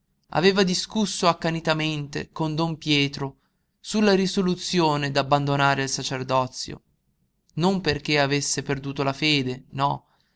aveva discusso accanitamente con don pietro sulla risoluzione d'abbandonare il sacerdozio non perché avesse perduto la fede no